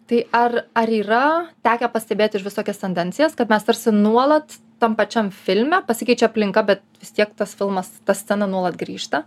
tai ar ar yra tekę pastebėt ir visokias tendencijas kad mes tarsi nuolat tam pačiam filme pasikeičia aplinka bet vis tiek tas filmas ta scena nuolat grįžta